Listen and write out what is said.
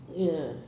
ya